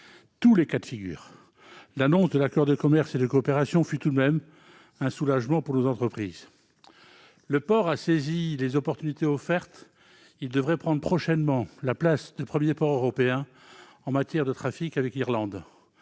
tous les cas de figure. L'annonce de l'accord de commerce et de coopération fut, tout de même, un soulagement pour nos entreprises. Le port a saisi les opportunités qui s'offraient à lui, et il devrait prendre prochainement la place de premier port européen pour le trafic avec l'Irlande.